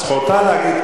זכותה להגיד.